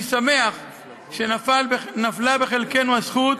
אני שמח שנפלה בחלקנו הזכות